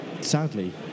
sadly